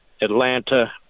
Atlanta